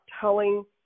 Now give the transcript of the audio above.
telling